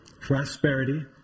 prosperity